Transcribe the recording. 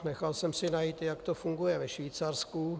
Nechal jsem si najít, jak to funguje ve Švýcarsku.